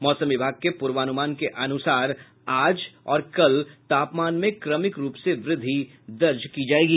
मौसम विभाग के प्रर्वान्मान के अनुसार आज और कल तापमान में कमिक रूप से वृद्धि दर्ज की जायेगी